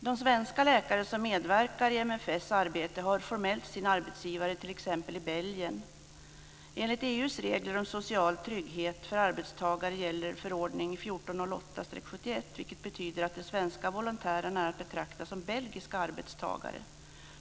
De svenska läkare som medverkar i MSF arbete har formellt arbetsgivaren i Belgien. Enligt EU:s regler om social trygghet för arbetstagare gäller förordning 1408/71, vilket betyder att de svenska volontärerna är att betrakta som belgiska arbetstagare.